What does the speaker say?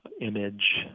image